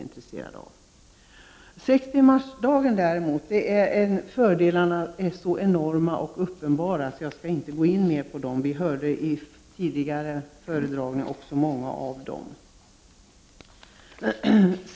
Fördelarna med sextimmarsdagen är däremot så enorma och uppenbara att jag inte ytterligare behöver gå in på dem. Vi har också i tidigare anföranden fått höra om många av dem.